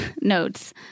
notes